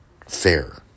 fair